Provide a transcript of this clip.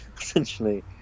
essentially